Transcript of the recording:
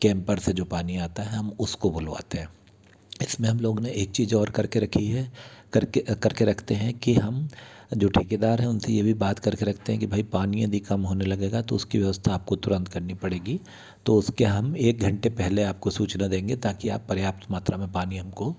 camper से जो पानी आता है हम उसको बुलवाते हैं इसमें हम लोग ने एक चीज़ और करके रखी है करके करके रखते हैं कि हम जो ठेकेदार हैं उनसे यह भी बात करके रखते हैं कि भाई पानी यदि कम होने लगेगा तो उसकी व्यवस्था आपको तुरंत करनी पड़ेगी तो उसके हम एक घंटे पहले आपको सूचना देंगे ताकि आप पर्याप्त मात्रा में पानी हमको